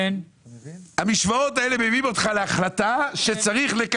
5%. היו כמה העלאות שהיו צריכות להיות אבל רק